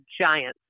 Giants